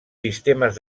sistemes